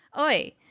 Oi